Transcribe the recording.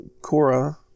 Cora